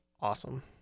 awesome